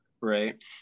right